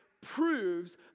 proves